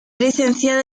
licenciada